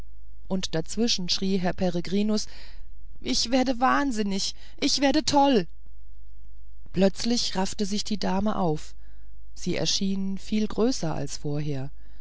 und dazwischen schrie herr peregrinus ich werde wahnsinnig ich werde toll plötzlich raffte sich die dame auf sie erschien viel größer als vorher